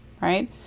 right